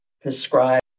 prescribe